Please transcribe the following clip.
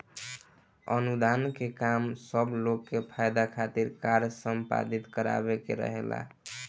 अनुदान के काम सब लोग के फायदा खातिर कार्य संपादित करावे के रहेला